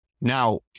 Now